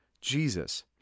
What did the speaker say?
Jesus